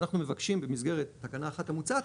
אז אנחנו מבקשים במסגרת תקנה 1 המוצעת,